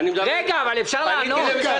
רגע, אפשר לענות?